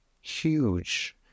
huge